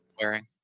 wearing